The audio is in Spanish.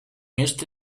este